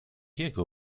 jego